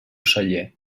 celler